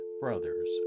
brothers